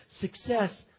success